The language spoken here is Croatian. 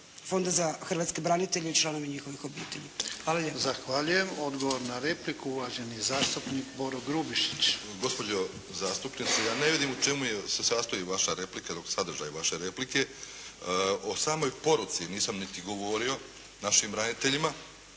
Fonda za hrvatske branitelje i članove njihovih obitelji. Hvala lijepo. **Jarnjak, Ivan (HDZ)** Zahvaljujem. Odgovor na repliku, uvaženi zastupnik Boro Grubišić. **Grubišić, Boro (HDSSB)** Gospođo zastupnice, ja ne vidim u čemu se sastoji vaša replika, sadržaj vaše replike. O samoj poruci nisam niti govorio našim braniteljima,